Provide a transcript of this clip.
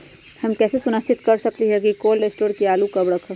हम कैसे सुनिश्चित कर सकली ह कि कोल शटोर से आलू कब रखब?